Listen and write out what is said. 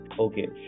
okay